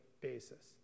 basis